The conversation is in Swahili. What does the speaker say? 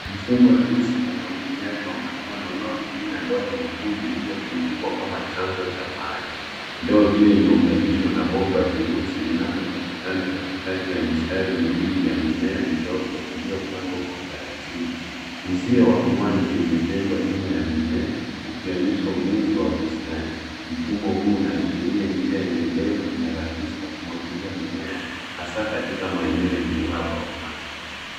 Mfumo rahisi wa umwagiliaji wa matone unaotumia ndoo nyekundu iliyotundikwa kama chanzo cha maji. Ndoo hiyo imeunganishwa na bomba jeusi linalopatikana katikati ya mistari miwili ya mimea midogo iliyopandwa kwa utaratibu. Uzio wa mwanzi umejengwa nyuma ya mimea, ukionyesha ulinzi wa bustani. Mfumo huu unaashiria njia endelevu na rahisi ya kumwagilia mimea, hasaa katika maeneo yenye uhaba wa maji.